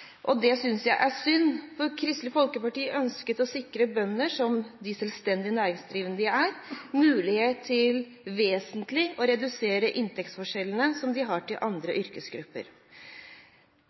med. Det synes jeg er synd, for Kristelig Folkeparti ønsket å sikre bønder, som de selvstendig næringsdrivende de er, mulighet til vesentlig å redusere inntektsforskjellene som de har til andre yrkesgrupper.